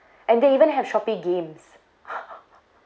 and they even have shopee games